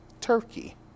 Turkey